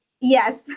Yes